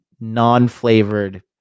non-flavored